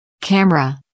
Camera